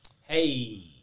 Hey